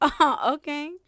Okay